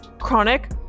chronic